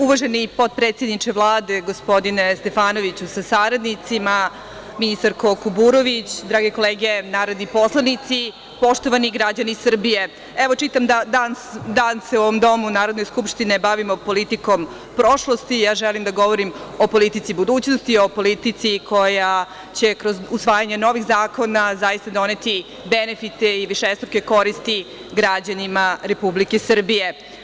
Uvaženi potpredsedniče Vlade, gospodine Stefanoviću, sa saradnicima, ministarko Kuburović, drage kolege narodni poslanici, poštovani građani Srbije, evo, čitam danas se u ovom domu Narodne skupštine bavimo politikom prošlosti, ja želim da govorim o politici budućnosti, o politici koja će kroz usvajanje novih zakona zaista doneti benefite i višestruke koristi građanima Republike Srbije.